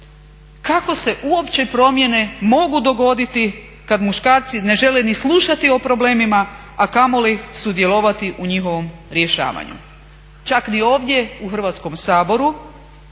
Kako se uopće promjene mogu dogoditi kad muškarci ne žele ni slušati o problemima, a kamoli sudjelovati u njihovom rješavanju? Čak ni ovdje u Hrvatskom saboru,